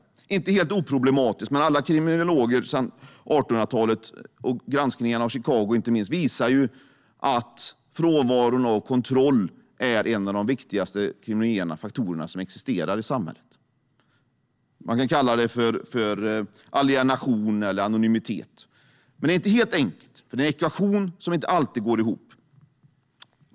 Det är inte helt oproblematiskt, men alla kriminologer sedan 1800-talet, inte minst granskningen av Chicago, visar att frånvaron av kontroll är en av de viktigaste kriminogena faktorer som existerar i samhället. Man kan kalla det för alienation eller anonymitet. Men det är inte helt enkelt, för det är ekvation som inte alltid går ihop.